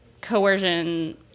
Coercion